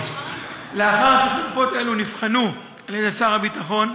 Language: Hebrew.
לאחר שחלופות אלה נבחנו על-ידי שר הביטחון,